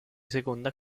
seconda